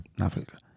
Africa